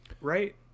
right